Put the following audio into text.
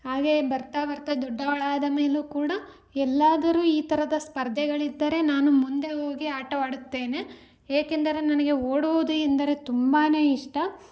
ಹಾಗೆಯೇ ಬರ್ತಾ ಬರ್ತಾ ದೊಡ್ಡವಳಾದ ಮೇಲು ಕೂಡ ಎಲ್ಲಾದರು ಈ ಥರದ ಸ್ಪರ್ಧೆಗಳಿದ್ದರೆ ನಾನು ಮುಂದೆ ಹೋಗಿ ಆಟವಾಡುತ್ತೇನೆ ಏಕೆಂದರೆ ನನಗೆ ಓಡುವುದು ಎಂದರೆ ತುಂಬಾ ಇಷ್ಟ